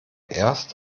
erst